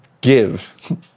give